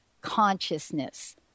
consciousness